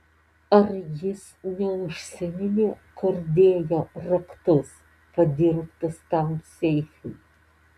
ar jis neužsiminė kur dėjo raktus padirbtus tam seifui